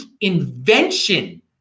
invention